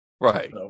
Right